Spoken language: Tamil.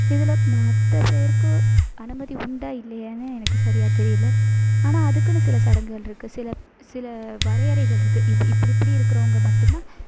இதில் மற்ற பேருக்கு அனுமதி உண்டா இல்லையானு எனக்கு சரியாக தெரியலை ஆனால் அதுக்குன்னு சில சடங்குகள் இருக்குது சில சில வரையறைகள் இருக்குது இப்படி இப்படி இருக்கிறவங்க மட்டும்தான்